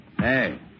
Hey